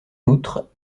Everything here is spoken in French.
outre